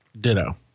Ditto